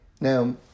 Now